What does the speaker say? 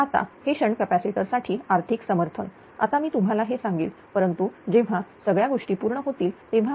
आता हे shunt capacitor साठी आर्थिक समर्थन आता मी तुम्हाला हे सांगेल परंतु जेव्हा सगळ्या गोष्टी पूर्ण होतील तेव्हा